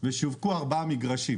ושווקו ארבעה מגרשים,